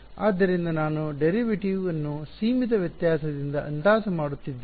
ಆದ್ದರಿಂದ ನಾನು ಡೆರಿವಿಟಿವ್ ನ್ನು ಸೀಮಿತ ವ್ಯತ್ಯಾಸದಿಂದ ಅಂದಾಜು ಮಾಡುತ್ತಿದ್ದೇನೆ